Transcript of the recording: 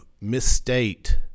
misstate